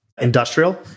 industrial